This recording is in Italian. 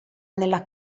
nella